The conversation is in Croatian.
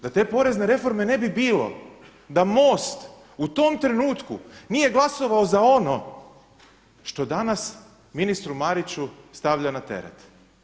Da te porezne reforme ne bi bilo da MOST u tom trenutku nije glasovao za ono što danas ministru Mariću stavlja na teret.